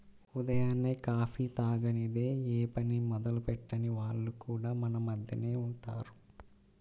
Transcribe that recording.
ఉదయాన్నే కాఫీ తాగనిదె యే పని మొదలెట్టని వాళ్లు కూడా మన మద్దెనే ఉంటారు